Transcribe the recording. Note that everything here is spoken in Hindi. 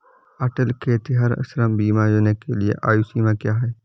अटल खेतिहर श्रम बीमा योजना के लिए आयु सीमा क्या है?